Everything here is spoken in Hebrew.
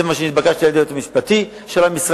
זה מה שנתבקשתי לעשות על-ידי היועץ המשפטי של המשרד,